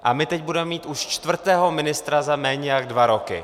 A my teď budeme mít už čtvrtého ministra za méně než dva roky.